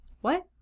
What